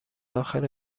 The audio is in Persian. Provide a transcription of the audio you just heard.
داخل